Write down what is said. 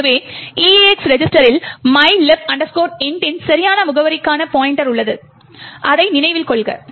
எனவே EAX ரெஜிஸ்டரில் mylib int இன் சரியான முகவரிக்கான பாய்ண்ட்டர் உள்ளது என்பதை நினைவில் கொள்க